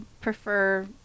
prefer